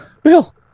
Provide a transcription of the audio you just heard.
Bill